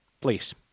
Please